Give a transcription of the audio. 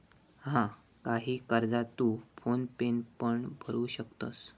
हा, काही कर्जा तू फोन पेन पण भरू शकतंस